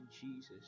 Jesus